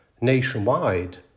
nationwide